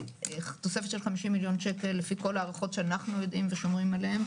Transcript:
תוספת של 50 מיליון שקל לפי כל ההערכות שאנחנו יודעים ושומעים עליהם,